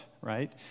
right